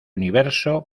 universo